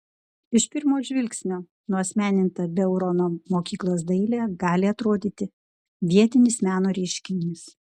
iš pirmo žvilgsnio nuasmeninta beurono mokyklos dailė gali atrodyti vietinis meno reiškinys